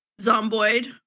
Zomboid